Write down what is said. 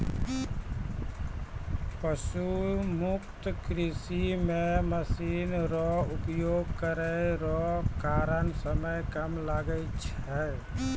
पशु मुक्त कृषि मे मशीन रो उपयोग करै रो कारण समय कम लागै छै